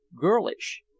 girlish